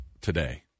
today